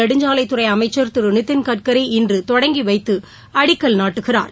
நெடுஞ்சாலைத் துறை அமைச்சர் திரு நிதின் கட்கரி இன்று அடிக்கல் நாட்டுகிறார்